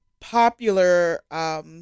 popular